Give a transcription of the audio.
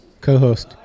co-host